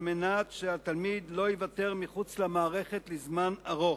על מנת שהתלמיד לא ייוותר מחוץ למערכת לזמן ארוך.